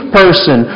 person